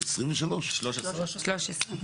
בקרה, שכפי